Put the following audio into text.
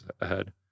ahead